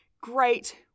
great